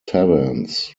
taverns